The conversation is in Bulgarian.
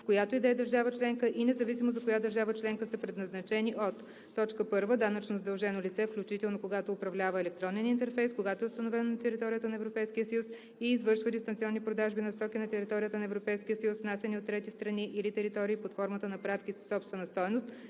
в която и да е държава членка и независимо за коя държава членка са предназначени, от: 1. данъчно задължено лице, включително което управлява електронен интерфейс, когато е установено на територията на Европейския съюз и извършва дистанционни продажби на стоки на територията на Европейския съюз, внасяни от трети страни или територии под формата на пратки със собствена стойност,